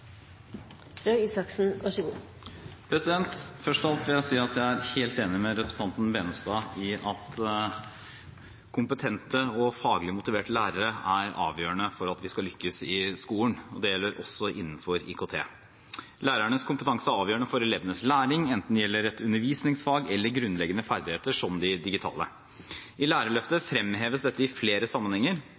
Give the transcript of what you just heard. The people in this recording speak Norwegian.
helt enig med representanten Benestad i at kompetente og faglig motiverte lærere er avgjørende for at vi skal lykkes i skolen. Det gjelder også innenfor IKT. Lærernes kompetanse er avgjørende for elevenes læring, enten det gjelder et undervisningsfag eller grunnleggende ferdigheter som de digitale. I Lærerløftet fremheves dette i flere sammenhenger.